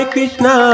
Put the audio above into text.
Krishna